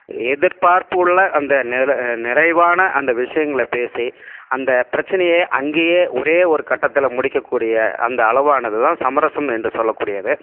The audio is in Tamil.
எதிர்பார்ப்புள்ள அந்த நெழல நிறைவான அந்த விஷயங்கள பேசி அந்த பிரச்சினையே அங்கியே ஒரே ஒரு கட்டத்தில் முடிக்கக்கூடிய அந்த அளவானது தான் சமரசம் என்று சொல்லக்கூடியது